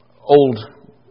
old